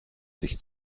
sich